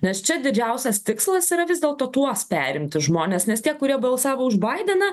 nes čia didžiausias tikslas yra vis dėlto tuos perimti žmones nes tie kurie balsavo už baideną